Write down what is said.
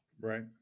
Right